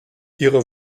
ihre